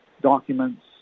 documents